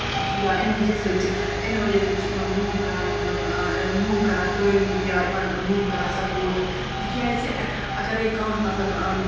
یا اَمہِ وجہ سۭتۍ چھِ اَمے وجہ سۭتۍ چھِ یِمن لُکھ کران مطلب لُکھ کران تعٲریٖف یا یِمن لُکھ کران سَپوٹ تِکیازِ اَگرے کانٛہہ مطلب